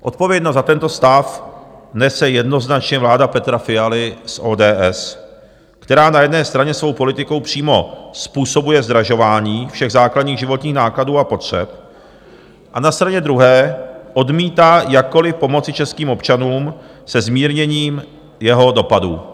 Odpovědnost za tento stav nese jednoznačně vláda Petra Fialy z ODS, která na jedné straně svou politikou přímo způsobuje zdražování všech základních životních nákladů a potřeb a na straně druhé odmítá jakkoliv pomoci českým občanům se zmírněním jeho dopadů.